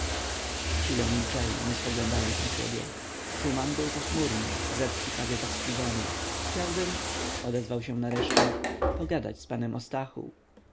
chwilę milczeli nie spoglądając na siebie szuman był pochmurny rzecki prawie zawstydzony chciałbym odezwał się nareszcie pogadać z panem o stachu